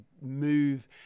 move